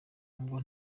nubwo